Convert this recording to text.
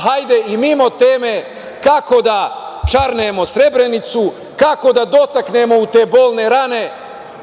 Hajde, i mimo teme, kako da čarnemo Srebrenicu, kako da dotaknemo u te bolne rane,